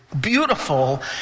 beautiful